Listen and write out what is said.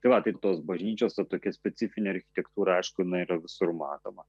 tai va tai tos bažnyčios su tokia specifine architektūra aišku jinai yra visur matoma